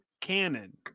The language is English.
canon